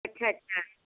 ਅੱਛਾ ਅੱਛਾ